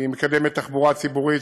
היא מקדמת תחבורה ציבורית,